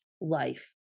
life